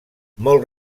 molt